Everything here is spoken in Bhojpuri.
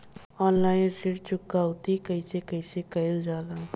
ऑनलाइन ऋण चुकौती कइसे कइसे कइल जाला?